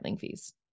fees